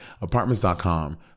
Apartments.com